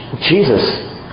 Jesus